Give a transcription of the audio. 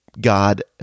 God